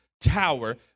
tower